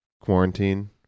quarantine